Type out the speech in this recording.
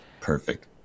Perfect